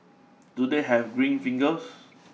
do they have green fingers